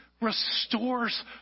restores